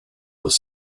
was